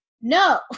no